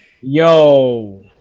Yo